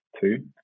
two